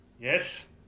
Yes